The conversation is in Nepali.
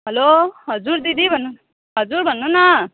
हेलो हजुर दिदी भन्नु हजुर भन्नु न